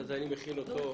אני מכין אותו.